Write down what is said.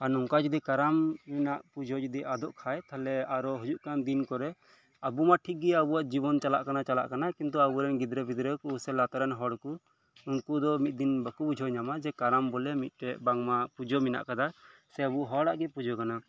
ᱟᱨ ᱱᱚᱝᱠᱟ ᱡᱩᱫᱤ ᱠᱟᱨᱟᱢ ᱨᱮᱱᱟᱜ ᱯᱩᱡᱟᱹ ᱡᱩᱫᱤ ᱟᱫᱚᱜ ᱠᱷᱟᱱ ᱛᱟᱦᱞᱮ ᱟᱨᱚ ᱦᱤᱡᱩᱜ ᱠᱟᱱ ᱫᱤᱱ ᱠᱚᱨᱮ ᱟᱵᱚ ᱢᱟ ᱴᱷᱤᱠ ᱜᱮ ᱟᱵᱚᱣᱟᱜ ᱡᱤᱵᱚᱱ ᱪᱟᱞᱟᱜ ᱠᱟᱱᱟ ᱪᱟᱞᱟᱜ ᱠᱟᱱᱟ ᱠᱤᱱᱛᱩ ᱟᱵᱚᱨᱮᱱ ᱜᱤᱫᱽᱨᱟᱹ ᱯᱤᱫᱽᱨᱟᱹ ᱠᱚ ᱥᱮ ᱞᱟᱛᱟᱨ ᱨᱮᱱ ᱦᱚᱲ ᱠᱚ ᱩᱱᱠᱩ ᱫᱚ ᱢᱤᱫ ᱫᱤᱱ ᱵᱟᱠᱚ ᱵᱩᱡᱷᱟᱹᱣ ᱧᱟᱢᱟ ᱡᱮ ᱠᱟᱨᱟᱢ ᱵᱚᱞᱮ ᱢᱤᱫ ᱴᱮᱱ ᱵᱟᱝᱢᱟ ᱯᱩᱡᱟᱹ ᱢᱮᱱᱟᱜ ᱟᱠᱟᱫᱟ ᱥᱮ ᱟᱵᱚ ᱦᱚᱲᱟᱜ ᱜᱮ ᱯᱩᱡᱟᱹ ᱠᱟᱱᱟ